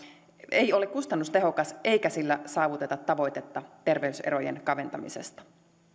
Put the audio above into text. ei ole kustannustehokas eikä sillä saavuteta tavoitetta terveyserojen kaventamisesta